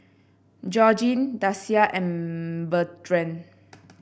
Georgine Dasia and Bertrand